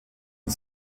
und